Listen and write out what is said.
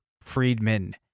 Friedman